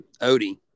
Odie